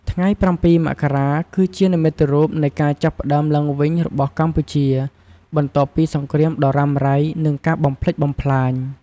ថ្ងៃ៧ មករា គឺជានិមិត្តរូបនៃការចាប់ផ្តើមឡើងវិញរបស់កម្ពុជា បន្ទាប់ពីសង្គ្រាមដ៏រ៉ាំរ៉ៃនិងការបំផ្លិចបំផ្លាញ។